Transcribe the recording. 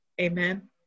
Amen